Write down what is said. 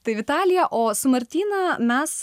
tai vitalija o su martyna mes